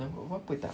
nampak apa-apa tak